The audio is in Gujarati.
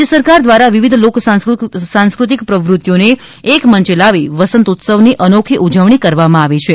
રાજ્ય સરકાર દ્વારા વિવિધ લોકસાંસ્ક઼તિક પ્રવૃતિઓને એક મંચે લાવી વસંતોત્સવની અનોખી ઉજવણી કરવામાં આવે છે